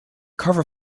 cover